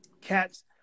cats